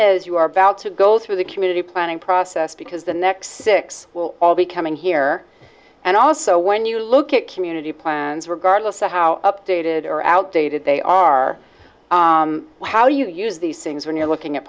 is you are about to go through the community planning process because the next six will all be coming here and also when you look at community plans regardless of how updated or outdated they are how do you use these things when you're looking at